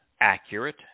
accurate